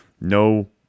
no